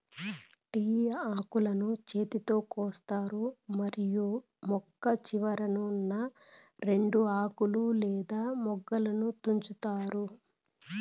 tea ఆకులను చేతితో కోస్తారు మరియు మొక్క చివరన ఉన్నా రెండు ఆకులు లేదా మొగ్గలను తుంచుతారు